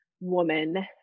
woman